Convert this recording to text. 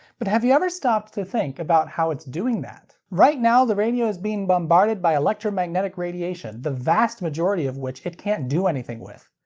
but have you ever stopped to think about how it's doing that? right now the radio is being bombarded by electromagnetic radiation, the vast majority of which it can't do anything with.